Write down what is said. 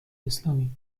اسلامی